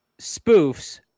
spoofs